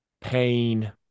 Pain